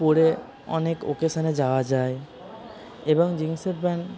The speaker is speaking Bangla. পরে অনেক ওকেশানে যাওয়া যায় এবং জিন্সের প্যান্ট